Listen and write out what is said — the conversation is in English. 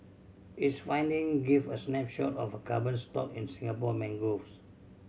its finding give a snapshot of carbon stock in Singapore mangroves